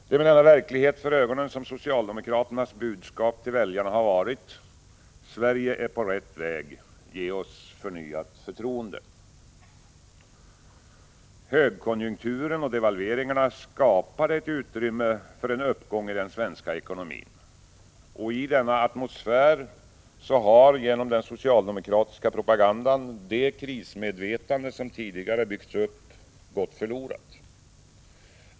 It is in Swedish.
Det är med denna verklighet för ögonen som socialdemokraternas budskap till väljarna har varit: Sverige är på rätt väg — ge oss förnyat förtroende. Högkonjunkturen och devalveringarna skapade ett utrymme för en uppgång i den svenska ekonomin. Och i denna atmosfär har genom den socialdemokratiska propagandan det krismedvetande som tidigare byggts upp gått förlorat.